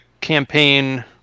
campaign